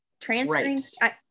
transferring